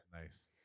Nice